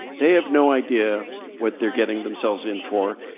they have no idea what they're getting themselves in for,